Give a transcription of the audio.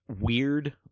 Weird